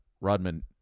Rodman